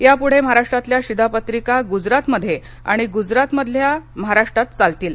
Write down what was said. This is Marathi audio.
यापुढे महाराष्ट्रातल्या शिधापत्रिका गुजरातमध्ये आणि गुजरातमधल्या महाराष्ट्रात चालतील